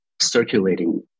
circulating